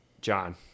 John